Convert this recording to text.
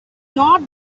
not